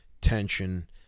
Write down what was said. Tension